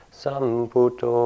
samputo